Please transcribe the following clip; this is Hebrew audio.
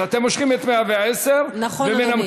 אז אתם מושכים את 110, נכון, אדוני.